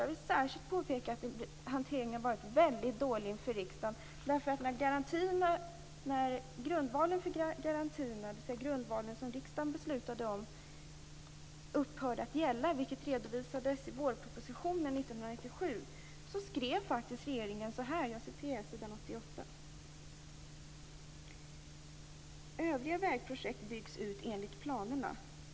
Jag vill särskilt påpeka att hanteringen har varit särskilt dålig inför riksdagen. När grundvalen för garantierna som riksdagen beslutade om upphörde att gälla, vilket redovisades i vårpropositionen 1997, framhöll regeringen att övriga vägprojekt byggs ut enligt planerna.